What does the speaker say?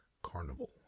Carnival